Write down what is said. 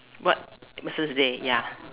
what Missus day ya